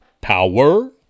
power